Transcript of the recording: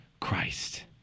Christ